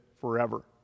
forever